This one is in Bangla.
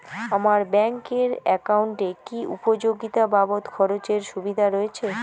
আমার ব্যাংক এর একাউন্টে কি উপযোগিতা বাবদ খরচের সুবিধা রয়েছে?